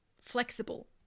flexible